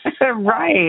Right